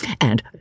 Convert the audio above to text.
And